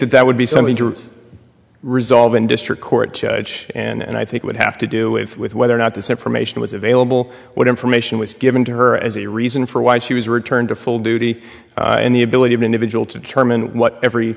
that that would be something to resolve in district court judge and i think would have to do with with whether or not this information was available what information was given to her as a reason for why she was returned to full duty and the ability of individual to determine what every